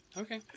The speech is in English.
Okay